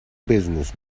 business